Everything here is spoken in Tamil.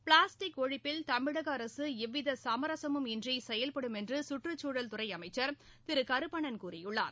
பிளாஸ்டிக் ஒழிப்பில் தமிழக அரசு எவ்வித சமரசமும் இன்றி செயல்படும் என்று சுற்றுச்சூழல் துறை அமைச்சர் திரு கே சி கருப்பண்ணன் கூறியுள்ளார்